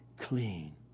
clean